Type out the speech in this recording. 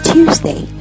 Tuesday